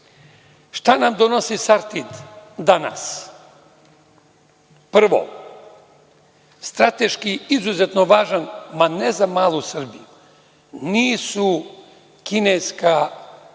nam donosi „Sartid“ danas? Prvo, strateški izuzetno važan, ma ne za malu Srbiju, nije kineska